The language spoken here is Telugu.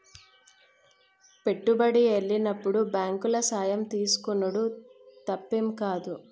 పెట్టుబడి ఎల్లనప్పుడు బాంకుల సాయం తీసుకునుడు తప్పేం గాదు